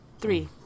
Three